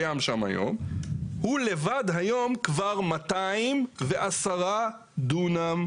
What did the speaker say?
הוא לבד כבר 210 דונם.